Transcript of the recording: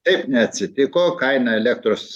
taip neatsitiko kaina elektros